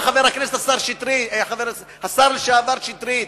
חבר הכנסת, השר לשעבר, שטרית,